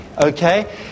okay